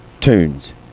tunes